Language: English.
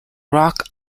rock